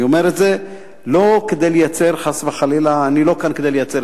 אני אומר את זה לא כדי לייצר חס חלילה טריז,